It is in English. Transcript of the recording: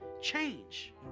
change